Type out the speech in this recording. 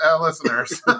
listeners